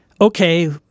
okay